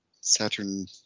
Saturn